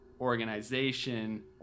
organization